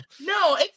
no